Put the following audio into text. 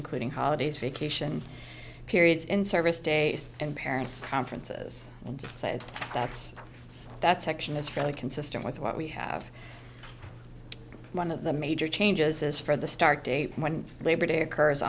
including holidays vacation periods in service days and parent conferences and that's that section is fairly consistent with what we have one of the major changes is for the start date when labor day occurs